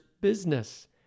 business